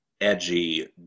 edgy